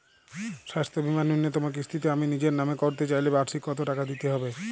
স্বাস্থ্য বীমার ন্যুনতম কিস্তিতে আমি নিজের নামে করতে চাইলে বার্ষিক কত টাকা দিতে হবে?